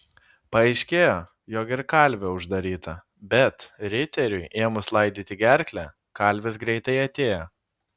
paaiškėjo jog ir kalvė uždaryta bet riteriui ėmus laidyti gerklę kalvis greitai atėjo